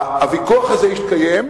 הוויכוח הזה יתקיים,